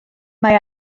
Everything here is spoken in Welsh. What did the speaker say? mae